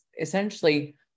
essentially